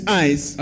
eyes